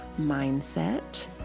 Mindset